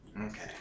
Okay